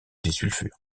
disulfure